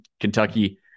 Kentucky